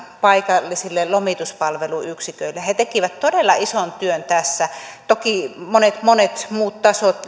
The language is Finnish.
paikallisille lomituspalveluyksiköille he he tekivät todella ison työn tässä toki monet monet muut